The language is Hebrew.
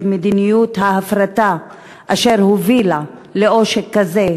מדיניות ההפרטה אשר הובילה לעושק כזה,